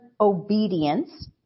obedience